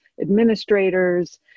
administrators